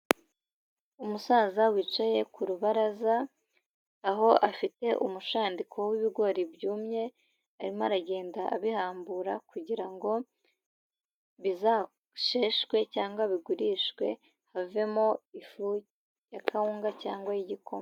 Umusaza wicaye ku rubaraza; aho afite umushandiko w'ibigori byumye, arimo aragenda abihambura kugira ngo bizasheshwe cyangwa bigurishwe havemo ifu ya kawunga cyangwa y'igikoma.